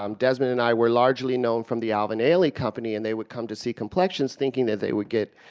um desmond and i were largely known from the alvin ailey company and they would come to see complexions thinking that they would get,